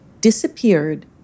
disappeared